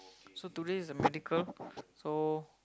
so today is the medical so